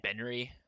Benry